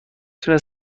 تونه